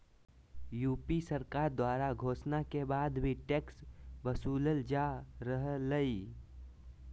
UP सरकार द्वारा घोषणा के बाद भी टैक्स वसूलल जा रहलय